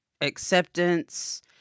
Acceptance